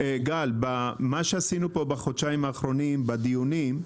מה שעשינו פה בחודשיים האחרונים בדיונים,